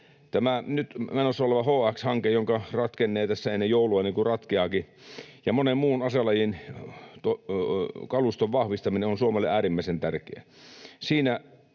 Tämä nyt menossa oleva HX-hanke, joka ratkennee tässä ennen joulua, niin kuin ratkeaakin, ja monen muun aselajin kaluston vahvistaminen ovat Suomelle äärimmäisen tärkeitä.